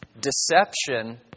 deception